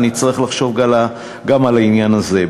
נצטרך לחשוב גם על העניין הזה.